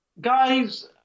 Guys